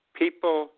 people